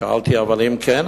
שאלתי: אבל אם כן,